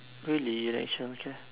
really you like childcare